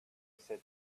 said